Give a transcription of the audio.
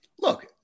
Look